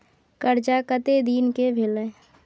कर्जा कत्ते दिन के भेलै?